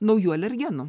naujų alergenų